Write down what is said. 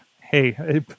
hey